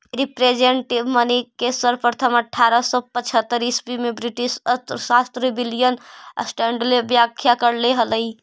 representative money के सर्वप्रथम अट्ठारह सौ पचहत्तर ईसवी में ब्रिटिश अर्थशास्त्री विलियम स्टैंडले व्याख्या करले हलई